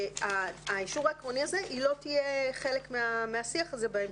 היא לא תהיה חלק מהשיח הזה בהמשך.